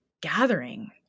gathering